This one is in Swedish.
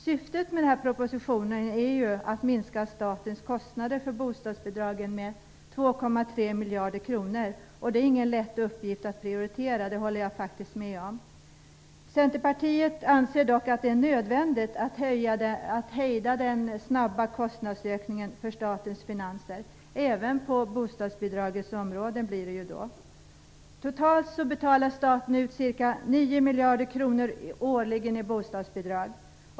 Syftet med propositionen är att minska statens kostnader för bostadsbidragen med 2,3 miljarder kronor. Det är ingen lätt uppgift att prioritera; det håller jag faktiskt med om. Centerpartiet anser dock att det är nödvändigt att hejda den snabba kostnadsökningen i statens finanser, även för bostadsbidragen. Totalt betalar staten ut ca 9 miljarder kronor årligen i bostadsbidrag.